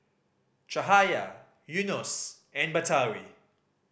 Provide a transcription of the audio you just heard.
Cahaya Yunos and Batari